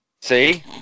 See